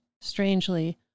strangely